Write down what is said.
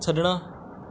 ਛੱਡਣਾ